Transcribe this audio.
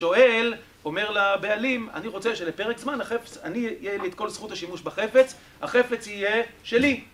שואל, אומר לבעלים, אני רוצה שלפרק זמן, אני אהיה לי את כל זכות השימוש בחפץ, החפץ יהיה שלי.